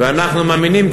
ואנחנו מאמינים,